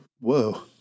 Whoa